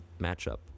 matchup